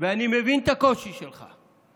ואני מבין את הקושי שלך,